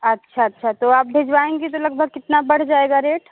अच्छा अच्छा तो आप भिजवाएंगी तो लगभग कितना बढ़ जाएगा रेट